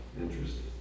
Interesting